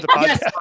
yes